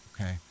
Okay